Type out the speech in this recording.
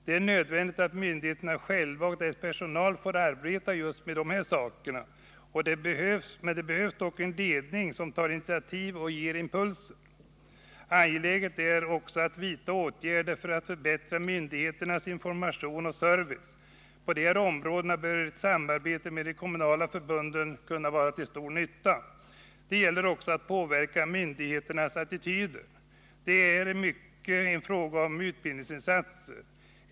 Det är viktigt att myndigheterna själva och deras personal får arbeta med dessa saker, men det behövs en ledning som tar initiativ och ger impulser. Det är också angeläget att vidta åtgärder för att förbättra myndigheternas information och service. På dessa områden bör samarbete med kommunförbunden kunna vara till stor nytta. Det gäller också att påverka myndigheternas attityder. Detta är i mycket en fråga om utbildningsinsatser.